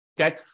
Okay